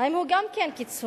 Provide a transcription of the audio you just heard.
האם הוא גם כן קיצוני?